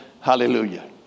Hallelujah